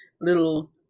little